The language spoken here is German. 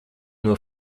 nur